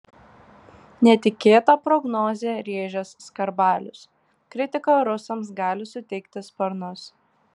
netikėtą prognozę rėžęs skarbalius kritika rusams gali suteikti sparnus